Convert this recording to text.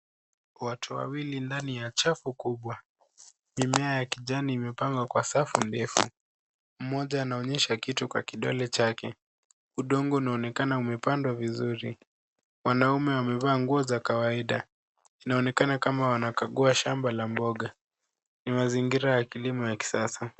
Watu wawili ndani ya chafu kubwa. Mimea ya kijani imepangwa kwa safu ndefu. Mmoja anaonyesha kitu kwa kidole chake. Udongo unaonekana umepandwa vizuri. Wanaume wamevaa nguo za kawaida. Inaonekana kama wanakagua shamba la mboga. Ni mazingira ya kilimo cha kisasa.